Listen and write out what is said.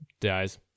dies